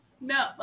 no